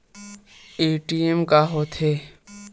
ATM का होथे?